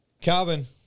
Calvin